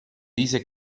dice